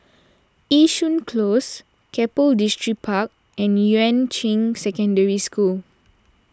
Yishun Close Keppel Distripark and Yuan Ching Secondary School